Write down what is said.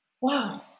wow